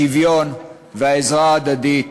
השוויון והעזרה ההדדית,